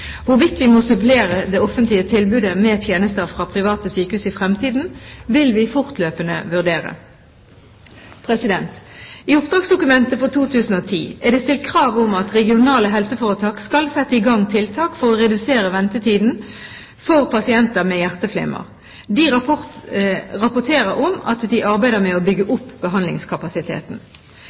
Hvorvidt vi må supplere det offentlige tilbudet med tjenester fra private sykehus i fremtiden, vil vi fortløpende vurdere. I oppdragsdokumentet for 2010 er det stilt krav om at regionale helseforetak skal sette i gang tiltak for å redusere ventetiden for pasienter med hjerteflimmer. De rapporterer om at de arbeider med å bygge opp behandlingskapasiteten.